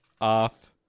off